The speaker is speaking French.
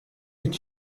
est